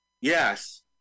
yes